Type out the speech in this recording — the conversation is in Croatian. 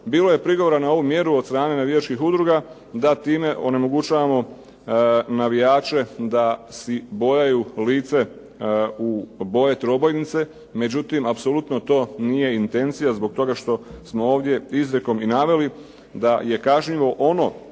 Bilo je prigovora na ovu mjeru od strane navijačkih udruga da time onemogućavamo navijače da si bojaju lice u boje trobojnice, međutim apsolutno to nije intencija zbog toga što smo ovdje izrijekom i naveli da je kažnjivo ono